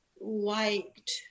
liked